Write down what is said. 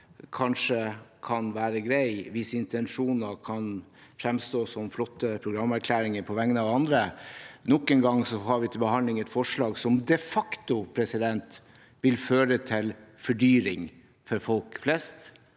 kanskje kan være greie hvis intensjoner kan framstå som flotte programerklæringer på vegne av andre. Nok en gang har vi til behandling et forslag som de facto vil føre til fordyring for folk flest,